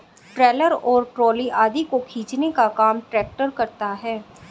trailer और trolley आदि को खींचने का काम ट्रेक्टर करता है